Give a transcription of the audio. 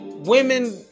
women